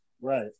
right